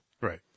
Right